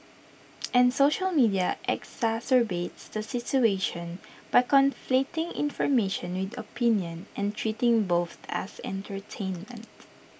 and social media exacerbates the situation by conflating information with opinion and treating both as entertainment